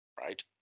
right